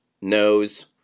nose